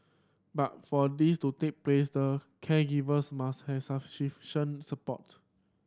but for this to take place the caregivers must have support